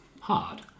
hard